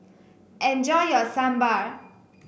enjoy your Sambar